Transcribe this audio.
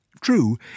true